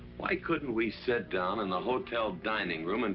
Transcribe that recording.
why couldn't we sit down in the hotel dining room. and